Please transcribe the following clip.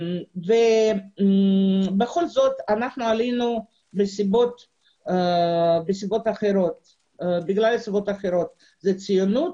בכל זאת אנחנו עלינו מסיבות אחרות - ציונות